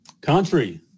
country